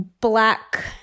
black